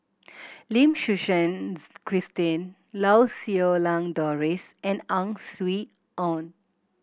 Lim Suchen Christine Lau Siew Lang Doris and Ang Swee Aun